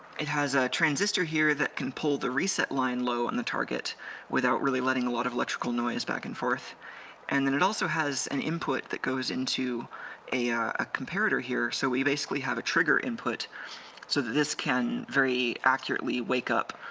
it has a transistor here that can pull the reset line low on the target without really letting a lot of electrical noise back and forth and then it also has an input that goes into a yeah a comparator here so we basically have a trigger input so this can very accurately wake up